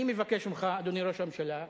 אני מבקש ממך, אדוני ראש הממשלה,